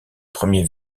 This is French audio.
premiers